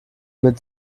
mit